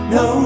no